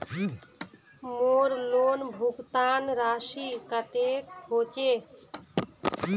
मोर लोन भुगतान राशि कतेक होचए?